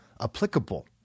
applicable